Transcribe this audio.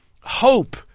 Hope